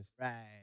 Right